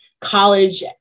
college